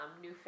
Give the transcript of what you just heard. new